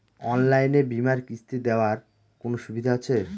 অনলাইনে বীমার কিস্তি দেওয়ার কোন সুবিধে আছে?